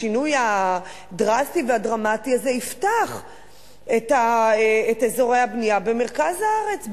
השינוי הדרסטי והדרמטי הזה יפתח את אזורי הבנייה במרכז הארץ,